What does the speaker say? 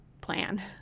plan